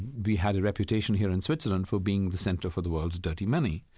we had a reputation here in switzerland for being the center for the world's dirty money.